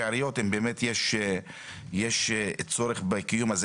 העיריות אם באמת יש צורך בקיום התקנות האלה.